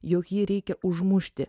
jog jį reikia užmušti